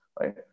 right